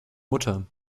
mutter